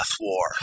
war